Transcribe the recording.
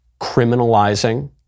criminalizing